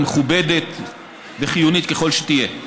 מכובדת וחיונית ככל שתהיה.